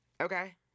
Okay